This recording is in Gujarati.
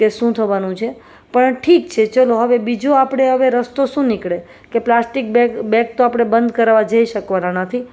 કે શું થવાનું છે પણ ઠીક છે ચાલો હવે બીજું આપણે હવે રસ્તો શું નીકળે કે પ્લાસ્ટિક બેગ તો આપણે બંધ કરાવવા જઈ શકવાના નથી